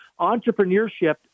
Entrepreneurship